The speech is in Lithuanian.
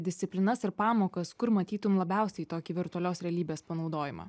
disciplinas ir pamokas kur matytum labiausiai tokį virtualios realybės panaudojimą